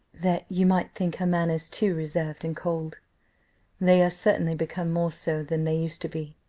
that you might think her manners too reserved and cold they are certainly become more so than they used to be.